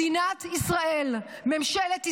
מדינת ישראל, ממשלת ישראל,